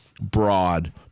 broad